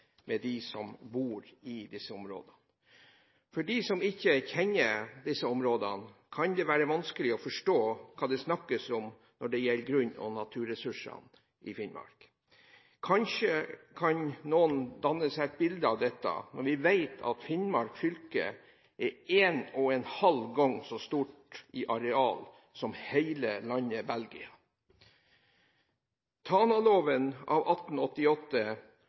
med dem som bor i disse områdene. For dem som ikke kjenner disse områdene, kan det være vanskelig å forstå hva det snakkes om når det gjelder grunn og naturressursene i Finnmark. Kanskje kan noen danne seg et bilde av dette når vi vet at Finnmark fylke er en og en halv gang så stort i areal som hele landet Belgia. Tanaloven av